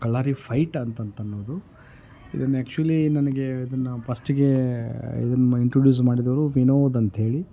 ಕಳ್ಳರಿ fight ಅಂತನ್ನೋದು ಇದನ್ನು actually ನನಗೆ ಇದನ್ನು ಪಸ್ಟಿಗೆ ಇದನ್ನು ಇಂಟ್ರುಡ್ಯೂಸ್ ಮಾಡಿದವರು ವಿನೋದ್ ಅಂತ್ಹೇಳಿ